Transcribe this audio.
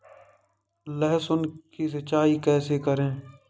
लहसुन की सिंचाई कैसे करें?